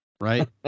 right